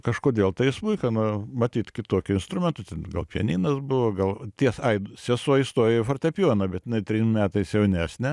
kažkodėl tai į smuiką nu matyt kitokių instrumentų ten gal pianinas buvo gal ties ai sesuo įstojo į fortepijoną bet jinai trim metais jaunesnė